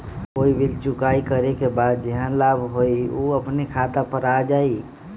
कोई बिल चुकाई करे के बाद जेहन लाभ होल उ अपने खाता पर आ जाई?